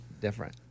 different